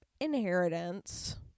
inheritance